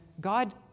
God